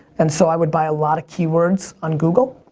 and so i would buy a lot of keywords on google,